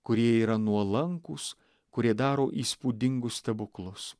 kurie yra nuolankūs kurie daro įspūdingus stebuklus